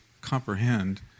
comprehend